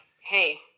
Hey